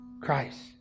Christ